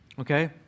Okay